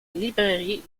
librairie